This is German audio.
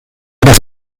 das